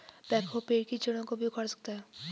backhoe पेड़ की जड़ों को भी उखाड़ सकता है